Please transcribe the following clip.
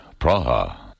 Praha